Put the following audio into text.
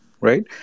right